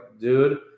dude